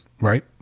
right